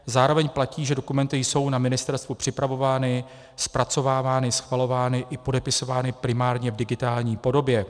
Zároveň platí, že dokumenty jsou na ministerstvu připravovány, zpracovávány, schvalovány i podepisovány primárně v digitální podobě.